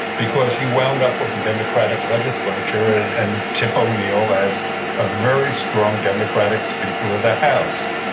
because he wound up with a democratic legislature, and and tip o'neill as a very strong democratic speaker of the house.